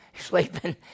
Sleeping